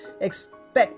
expect